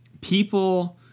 people